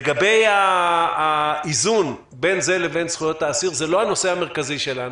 לגבי האיזון בין זה לבין זכויות האסיר זה לא הנושא המרכזי שלנו.